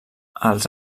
els